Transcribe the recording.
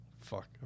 fuck